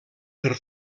per